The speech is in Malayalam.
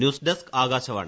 news desk Akashvani